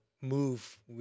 move